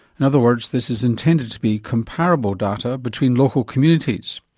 in other words, this is intended to be comparable data between local communities.